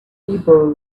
people